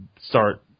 start